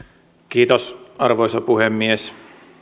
kiitos arvoisa puhemies